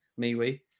MeWe